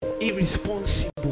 irresponsible